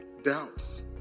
doubts